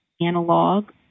analog